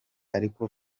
ariko